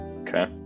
Okay